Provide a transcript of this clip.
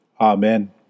Amen